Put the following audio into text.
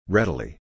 Readily